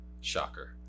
Shocker